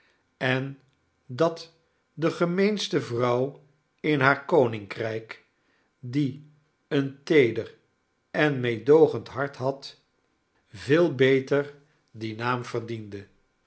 en dat de gemeenste vrouw in haar koninkrjjk die een feeder en meedoogend hart had veel beter dien naam verdiende